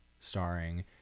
starring